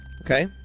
Okay